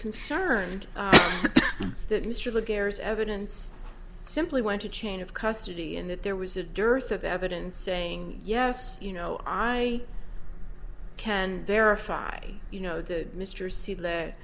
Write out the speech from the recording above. concerned that mr le gaire is evidence simply went to chain of custody and that there was a dearth of evidence saying yes you know i can verify you know the mr see th